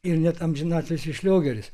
ir net amžinatilsį šliogeris